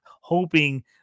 hoping